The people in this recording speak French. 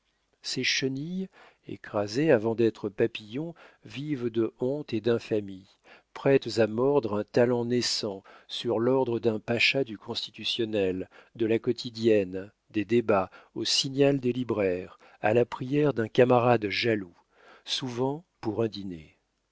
ces chenilles écrasées avant d'être papillons vivent de honte et d'infamie prêtes à mordre un talent naissant sur l'ordre d'un pacha du constitutionnel de la quotidienne des débats au signal des libraires à la prière d'un camarade jaloux souvent pour un dîner